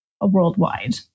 worldwide